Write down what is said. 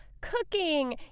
Cooking